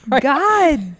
God